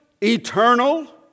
eternal